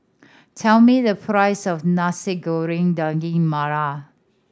tell me the price of Nasi Goreng Daging Merah